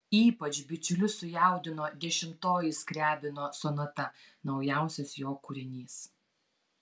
ypač bičiulius sujaudino dešimtoji skriabino sonata naujausias jo kūrinys